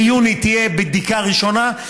ביוני תהיה בדיקה ראשונה,